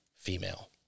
female